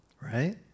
Right